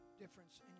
difference